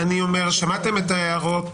שמעתם את ההערות